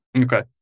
Okay